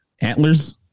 Antlers